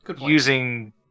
using